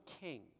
king